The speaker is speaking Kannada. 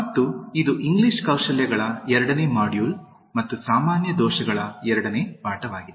ಮತ್ತು ಇದು ಇಂಗ್ಲಿಷ್ ಕೌಶಲ್ಯಗಳ ಎರಡನೇ ಮಾಡ್ಯೂಲ್ ಮತ್ತು ಸಾಮಾನ್ಯ ದೋಷಗಳ ಎರಡನೇ ಪಾಠವಾಗಿದೆ